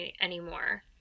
anymore